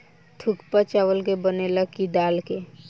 थुक्पा चावल के बनेला की दाल के?